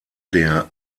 der